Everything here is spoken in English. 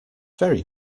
very